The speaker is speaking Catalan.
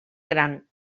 gran